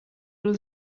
oder